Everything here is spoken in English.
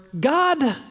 God